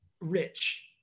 rich